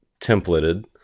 templated